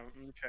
okay